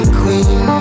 queen